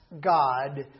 God